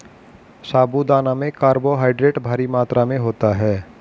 साबूदाना में कार्बोहायड्रेट भारी मात्रा में होता है